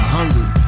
Hungry